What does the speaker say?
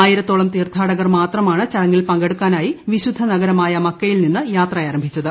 ആയിരത്തോളം തീർഥാടകർ മാത്രമാണ് ചടങ്ങിൽ പങ്കെടുക്കാനായി വിശുദ്ധ നഗരമായ മക്കയിൽ നിന്ന് യാത്ര ആരംഭിച്ചത്